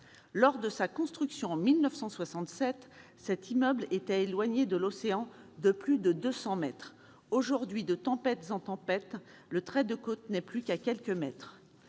Lors de sa construction, en 1967, cet immeuble était éloigné de l'océan de plus de 200 mètres. Aujourd'hui, de tempête en tempête, le trait de côte n'est plus qu'à quelques mètres.